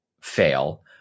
fail